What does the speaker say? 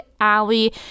Alley